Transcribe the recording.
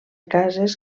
cases